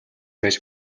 байж